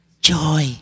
joy